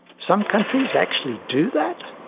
some countries actually do that!